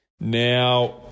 Now